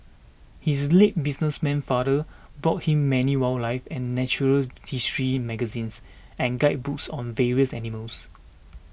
his late businessman father bought him many wildlife and natural history magazines and guidebooks on various animals